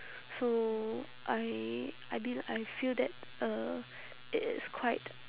so I I belie~ I feel that uh it is quite